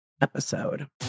episode